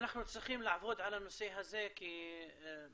אנחנו צריכים לעבוד על הנושא הזה כי בלי